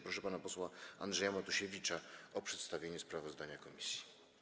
Proszę pana posła Andrzeja Matusiewicza o przedstawienie sprawozdania komisji.